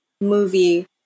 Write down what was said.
movie